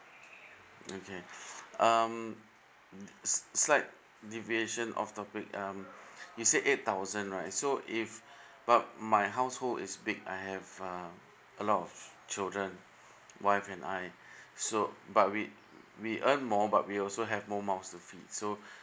okay um slight deviation off topic um you said eight thousand right so if but my household is big I have uh a lot of children wife and I so but we we earn more but we also have more mouth to feed so